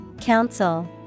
council